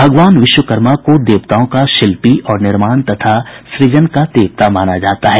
भगवान विश्वकर्मा को देवताओं का शिल्पी और निर्माण तथा सृजन का देवता माना जाता है